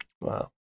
Wow